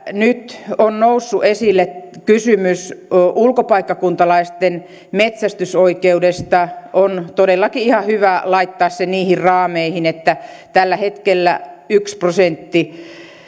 nyt on noussut esille kysymys ulkopaikkakuntalaisten metsästysoikeudesta on todellakin ihan hyvä laittaa se niihin raameihin että tällä hetkellä yksi prosentti